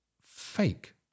fake